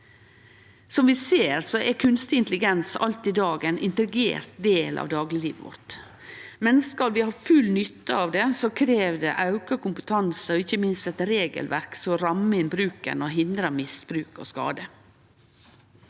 Som vi ser, er kunstig intelligens alt i dag ein integrert del av dagleglivet vårt, men skal vi ha full nytte av det, krev det auka kompetanse og ikkje minst eit regelverk som rammar inn bruken og hindrar misbruk og skade.